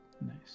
nice